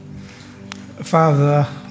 Father